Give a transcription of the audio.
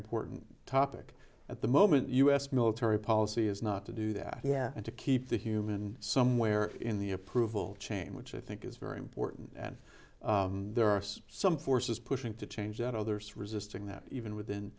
important topic at the moment u s military policy is not to do that here and to keep the human somewhere in the approval chain which i think is very important and there are some forces pushing to change others resisting that even within